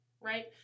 right